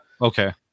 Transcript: Okay